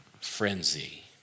frenzy